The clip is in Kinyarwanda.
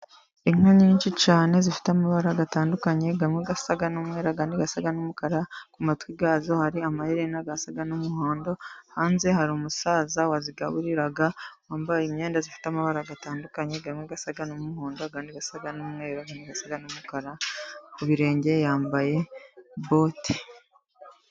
Inka nyinshi cyane zifite amabara atandukanye, amwe asa n'umweru, andi asa n'umukara, ku matwi yazo hari amahereni asa n'umuhondo. Hanze hari umusaza wazigaburira wambaye imyenda ifite amabara atandukanye, amwe asa n'umuhondo, andi asa n'umweru, andi asa n'umukara, ku birenge yambaye bote.